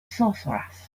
sorcerers